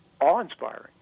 awe-inspiring